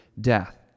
death